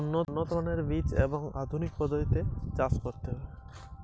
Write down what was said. রজনীগন্ধা ফলন কিভাবে বাড়ানো যায়?